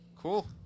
Cool